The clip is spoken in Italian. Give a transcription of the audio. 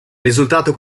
risultato